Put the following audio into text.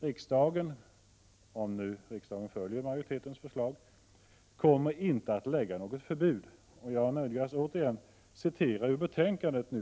Riksdagen kommer — om nu riksdagen följer majoritetens förslag — inte att införa något förbud. Jag nödgas återigen citera ur betänkandet.